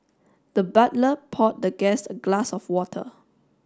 the butler poured the guest a glass of water